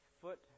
foot